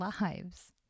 lives